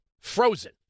Frozen